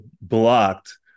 blocked